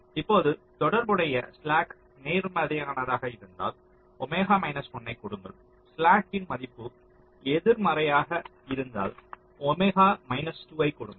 இப்போது தொடர்புடைய ஸ்லாக் நேர்மறையானதாக இருந்தால் ஒமேகா 1 ஐ கொடுங்கள் ஸ்லாக் இன் மதிப்பு எதிர்மறையாக இருந்தால் ஒமேகா 2 ஐ கொடுங்கள்